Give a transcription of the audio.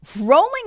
rolling